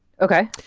okay